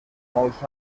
molts